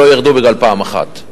הם לא ירדו בגלל פעם אחת.